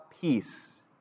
peace